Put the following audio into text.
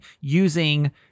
using